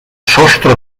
sostre